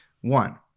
one